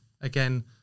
again